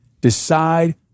Decide